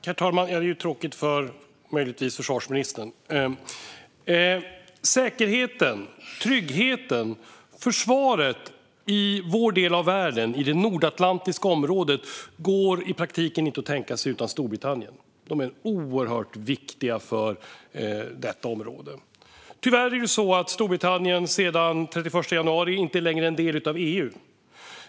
Herr talman! Säkerheten, tryggheten och försvaret i vår del av världen, i det nordatlantiska området, går i praktiken inte att tänka sig utan Storbritannien. Landet är oerhört viktigt för detta område. Tyvärr är ju Storbritannien sedan den 31 januari inte längre en del av EU.